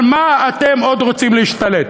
על מה אתם עוד רוצים להשתלט?